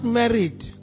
married